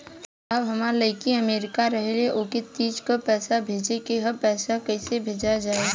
साहब हमार लईकी अमेरिका रहेले ओके तीज क पैसा भेजे के ह पैसा कईसे जाई?